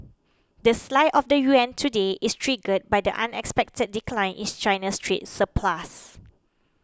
the slide of the yuan today is triggered by the unexpected decline in China's trade surplus